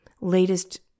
latest